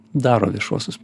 daro viešuosius